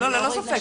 ללא ספק.